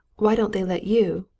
why don't they let you,